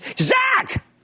Zach